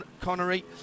Connery